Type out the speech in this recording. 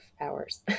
hours